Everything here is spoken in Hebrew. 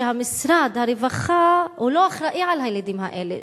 שמשרד הרווחה לא אחראי לילדים האלה.